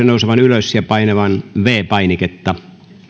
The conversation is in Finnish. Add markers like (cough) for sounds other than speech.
(unintelligible) nousemaan ylös ja painamaan viides painiketta